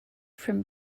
from